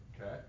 Okay